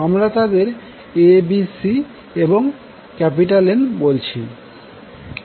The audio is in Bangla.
আমরা তাদের ABC এবং N বলছি